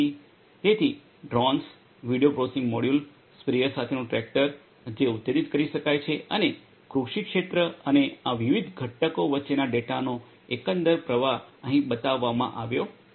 તેથી drones video processing module sprayer સાથેનું tractor જે ઉત્તેજિત કરી શકાય છે અને કૃષિ ક્ષેત્ર અને આ વિવિધ ઘટકો વચ્ચેનો ડેટાનો એકંદર પ્રવાહ અહીં બતાવવામાં આવ્યો છે